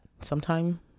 sometime